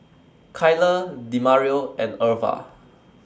Kyler Demario and Irva